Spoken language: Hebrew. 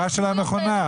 כן, ההערה שלה נכונה.